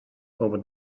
over